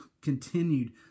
continued